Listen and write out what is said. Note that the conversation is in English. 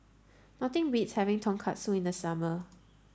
nothing beats having Tonkatsu in the summer